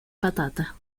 patata